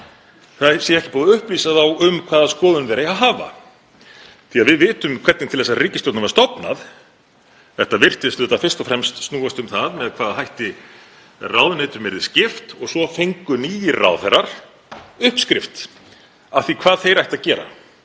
Það sé ekki búið að upplýsa þá um hvaða skoðun þeir eigi að hafa? Við vitum hvernig til þessarar ríkisstjórnar var stofnað. Þetta virtist fyrst og fremst snúast um með hvaða hætti ráðuneytum yrði skipt og svo fengu nýir ráðherrar uppskrift að því hvað þeir ættu að gera,